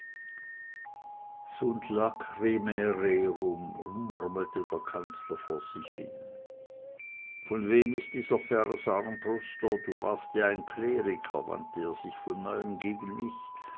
murmelte der kanzler vor sich hin von wem ist dieser vers armbruster du warst ja ein kleriker wandte er sich von neuem gegen mich